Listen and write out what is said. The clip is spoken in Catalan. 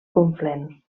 conflent